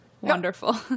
Wonderful